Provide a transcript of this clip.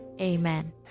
Amen